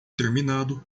terminado